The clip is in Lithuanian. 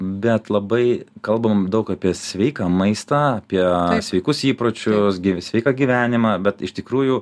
bet labai kalbam daug apie sveiką maistą apie sveikus įpročius sveiką gyvenimą bet iš tikrųjų